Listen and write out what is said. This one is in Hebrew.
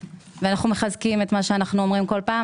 ואנחנו מחזקים את מה שאנחנו אומרים כל פעם,